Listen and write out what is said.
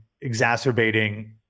exacerbating